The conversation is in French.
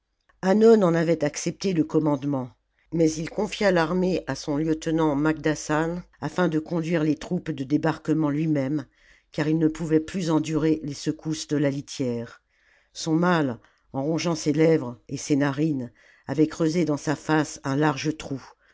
hannon en avait accepté le commandement mais il confia l'armée à son lieutenant magdassan afin de conduire les troupes de débarquement lui-même car il ne pouvait plus endurer les secousses de la litière son mal en rongeant ses lèvres et ses narines avait creusé dans sa face un large trou